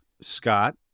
Scott